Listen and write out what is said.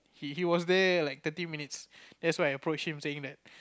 he was there like thirty minutes that's when I approached him saying that